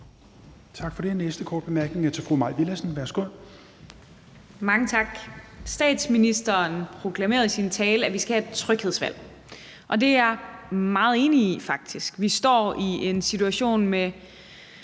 Tak for det. Det næste korte bemærkning er til fru Mai Villadsen. Værsgo. Kl. 22:28 Mai Villadsen (EL): Mange tak. Statsministeren proklamerede i sin tale, at vi skal have et tryghedsvalg, og det er jeg faktisk meget enig i. Vi står i en situation med